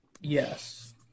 Yes